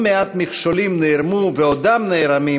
לא מעט מכשולים נערמו ועודם נערמים